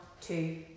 two